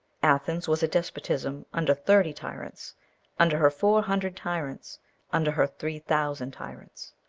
athens was a despotism under thirty tyrants under her four hundred tyrants under her three thousand tyrants.